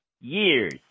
years